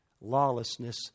lawlessness